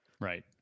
Right